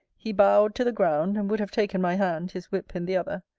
he bowed to the ground, and would have taken my hand, his whip in the other.